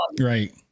Right